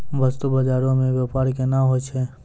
बस्तु बजारो मे व्यपार केना होय छै?